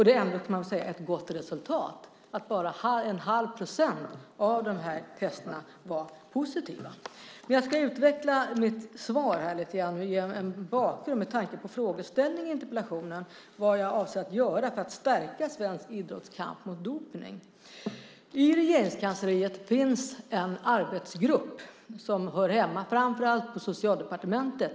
Det är ändå ett gott resultat att bara 1⁄2 procent av dopningstesterna var positiva. Jag ska lite grann utveckla mitt svar och ge en bakgrund med tanke på frågan i interpellationen om vad jag avser att göra för att stärka svensk idrotts kamp mot dopning. I Regeringskansliet finns det en arbetsgrupp. Den hör hemma framför allt i Socialdepartementet.